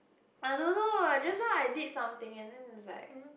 I don't know just now I did something and then it's like